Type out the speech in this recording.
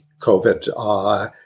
COVID